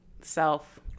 self